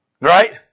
Right